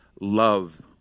love